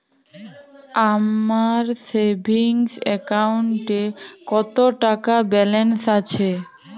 আমার সেভিংস অ্যাকাউন্টে কত টাকা ব্যালেন্স আছে?